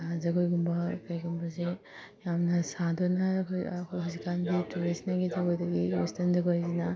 ꯖꯒꯣꯏꯒꯨꯝꯕ ꯀꯩꯒꯨꯝꯕꯁꯦ ꯌꯥꯝꯅ ꯁꯥꯗꯨꯅ ꯑꯩꯈꯣꯏ ꯑꯩꯈꯣꯏ ꯍꯧꯖꯤꯛ ꯀꯥꯟꯒꯤ ꯇ꯭ꯔꯦꯗꯤꯁꯅꯦꯜꯒꯤ ꯖꯒꯣꯏꯗꯒꯤ ꯋꯦꯁꯇ꯭ꯔꯟ ꯖꯒꯣꯏꯁꯤꯅ